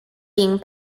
being